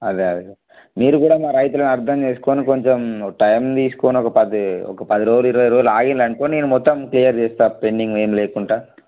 అదే అదే మీరు కూడా మా రైతులను అర్థం చేసుకుని కొంచెం టైం తీసుకుని ఒక పది ఒక పది రోజులు ఇరవై రోజులు ఆగారు అనుకో నేను మొత్తం క్లియర్ చేస్తాను పెండింగ్ ఏం లేకుండా